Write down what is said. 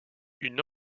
une